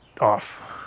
off